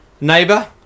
neighbor